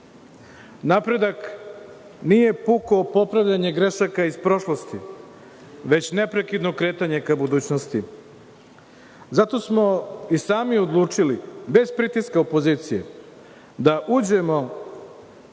Napredak nije puko popravljanje grešaka iz prošlosti, već neprekidno kretanje ka budućnosti. Zato smo i sami odlučili, bez pritiska opozicije, da uđemo